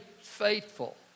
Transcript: faithful